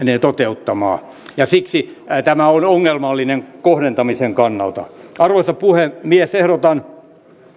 toteuttamaan siksi tämä on ongelmallinen kohdentamisen kannalta arvoisa puhemies ehdotan